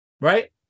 right